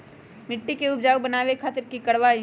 मिट्टी के उपजाऊ बनावे खातिर की करवाई?